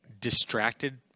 distracted